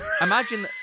imagine